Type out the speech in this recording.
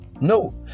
no